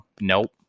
Nope